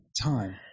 time